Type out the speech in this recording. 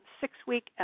six-week